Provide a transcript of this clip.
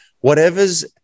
whatever's